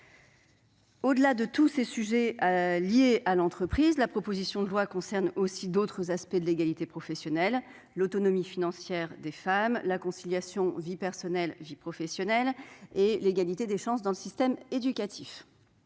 Au-delà de ces sujets liés à l'entreprise, la proposition de loi concerne aussi d'autres aspects de l'égalité professionnelle : l'autonomie financière des femmes, la conciliation entre vie personnelle et vie professionnelle, ainsi que l'égalité des chances dans le système éducatif.